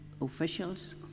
officials